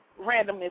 randomness